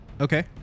Okay